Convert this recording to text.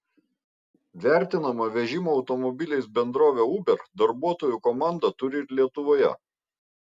vertinama vežimo automobiliais bendrovė uber darbuotojų komandą turi ir lietuvoje